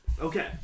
Okay